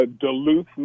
Duluth